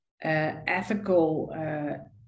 ethical